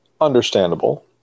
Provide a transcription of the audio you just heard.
Understandable